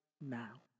now